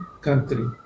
country